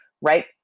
right